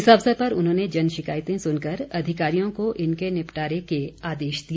इस अवसर पर उन्होंने जन शिकायतें सुनकर अधिकारियों को इनके निपटारे के आदेश दिए